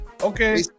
Okay